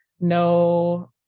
no